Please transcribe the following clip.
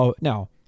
Now